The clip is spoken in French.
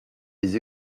des